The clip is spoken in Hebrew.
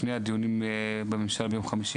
לפני הדיונים ביום חמישי,